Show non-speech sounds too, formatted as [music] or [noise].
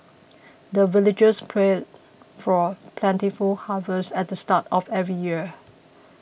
the villagers pray [noise] for plentiful harvest at the start of every year